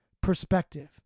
perspective